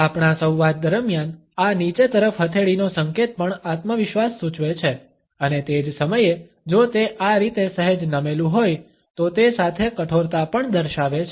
આપણા સંવાદ દરમિયાન આ નીચે તરફ હથેળીનો સંકેત પણ આત્મવિશ્વાસ સૂચવે છે અને તે જ સમયે જો તે આ રીતે સહેજ નમેલું હોય તો તે સાથે કઠોરતા પણ દર્શાવે છે